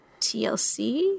TLC